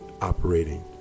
operating